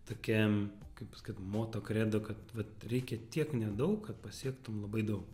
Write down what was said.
tokia kaip pasakyt moto kredo kad vat reikia tiek nedaug kad pasiektum labai daug